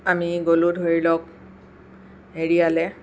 আমি গ'লোঁ ধৰিলওঁক হেৰিয়ালৈ